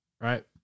Right